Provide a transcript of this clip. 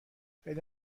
خیلی